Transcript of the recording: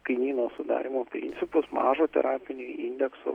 kainyno sudarymo principus mažo terapinio indekso